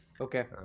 Okay